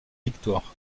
victoires